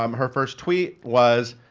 um her first tweet was,